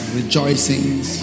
rejoicings